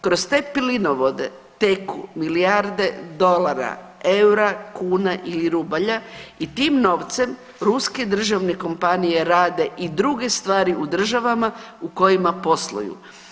Kroz te plinovode teku milijarde dolara eura, kuna ili rubalja i tim novcem ruske državne kompanije rade i druge stvari u državama u kojima posluju.